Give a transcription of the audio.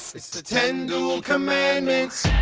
it's the ten duel commandments